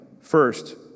first